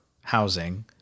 housing